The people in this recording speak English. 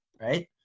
Right